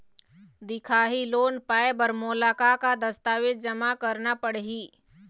दिखाही लोन पाए बर मोला का का दस्तावेज जमा करना पड़ही?